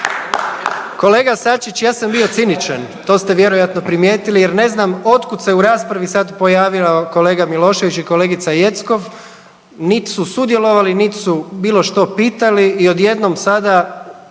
Kolega Sačić, ja sam bio ciničan to ste vjerojatno primijetili, jer ne znam od kuda se u raspravi sada pojavio kolega Milošević i kolegica Jeckov. Nit su sudjelovali, nit su bilo što pitali i odjednom sada